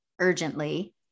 urgently